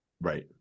right